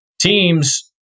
teams